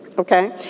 Okay